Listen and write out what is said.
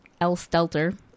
lstelter